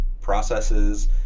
processes